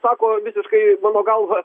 sako visiškai mano galva